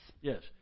Yes